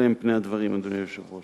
אלה הם פני הדברים, אדוני היושב-ראש.